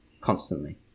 constantly